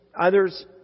others